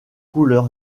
couleur